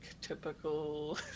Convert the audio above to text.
typical